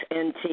NT